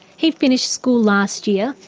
he finished school last year,